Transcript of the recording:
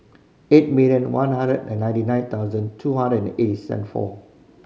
eight million one hundred and ninety nine thousand two hundred and eight seven four